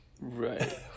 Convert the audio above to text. Right